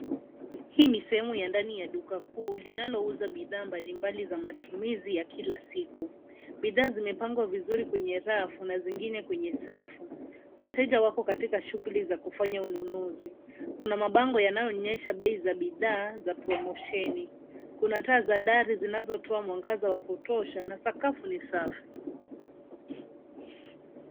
Hii ni sehemu ya ndani ya duka kuu linalouza bidhaa mbalimbali za matumizi ya kila siku. Bidhaa zimepangwa vizuri kwenye rafu na zingine kwenye safu. Wateja wako katika shughuli za kufanya ununuzi. Kuna mabango yanayoonyesha bei za bidhaa za promosheni. Kuna taa za dari zinazotoa mwangaza wa kutosha na sakafu ni safi.